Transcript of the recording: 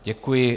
Děkuji.